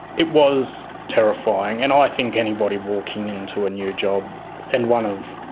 it was terrifying, and i think anybody walking into a new job and one of,